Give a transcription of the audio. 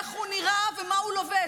איך הוא נראה ומה הוא לובש.